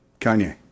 Kanye